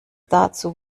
dazu